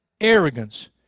arrogance